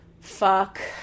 fuck